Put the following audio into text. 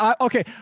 Okay